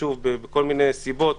שוב בכל מיני סיבות,